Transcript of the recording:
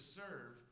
serve